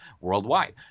worldwide